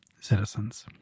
citizens